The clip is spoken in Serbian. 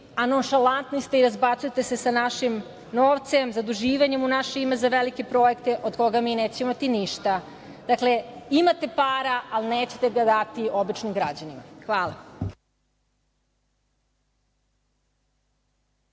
a nonšalantni ste i razbacujete se sa našim novcem zaduživanjem u naše ime za velike projekte, od koga mi nećemo imati ništa. Dakle, imate para a nećete da date običnim građanima. Hvala.